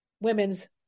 women's